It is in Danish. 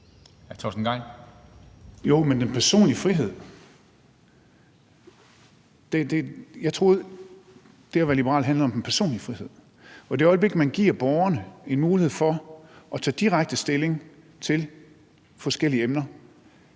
(ALT): Men hvad med den personlige frihed? Jeg troede, at det at være liberal handlede om den personlige frihed, og i det øjeblik man giver borgerne en mulighed for at tage direkte stilling til forskellige emner,